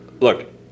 look